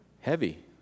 Heavy